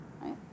right